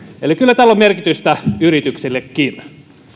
eli kyllä tällä on merkitystä yrityksillekin